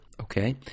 okay